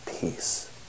peace